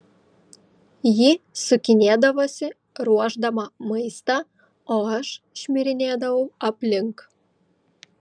ji sukinėdavosi ruošdama maistą o aš šmirinėdavau aplink